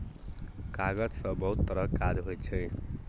कागज सँ बहुत तरहक काज होइ छै